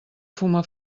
fuma